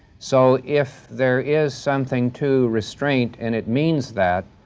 so, if there is something to restraint and it means that,